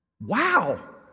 wow